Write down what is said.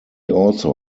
also